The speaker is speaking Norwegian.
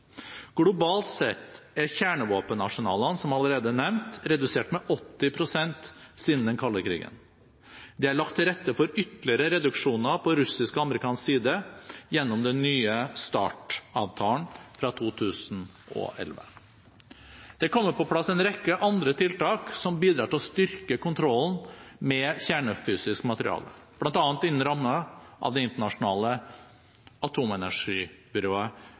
Globalt sett er kjernevåpenarsenalene, som nevnt allerede, redusert med 80 pst. siden den kalde krigen. Det er lagt til rette for ytterligere reduksjoner på russisk og amerikansk side gjennom den nye START-avtalen fra 2011. Det er kommet på plass en rekke andre tiltak som bidrar til å styrke kontrollen med kjernefysisk materiale, bl.a. innen rammene av Det internasjonale atomenergibyrået,